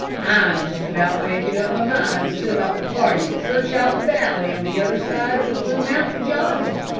i'm just about making up my mind to send off a party to search out the valley on the other side of the blue mountains yonder,